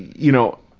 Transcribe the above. you know,